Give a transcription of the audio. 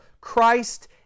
Christ